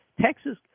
Texas